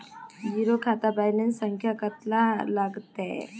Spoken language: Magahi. जीरो खाता बैलेंस संख्या कतला लगते?